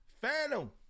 Phantom